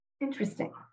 Interesting